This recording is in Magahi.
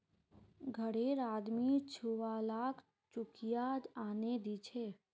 घररे आदमी छुवालाक चुकिया आनेय दीछे